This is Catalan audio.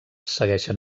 segueixen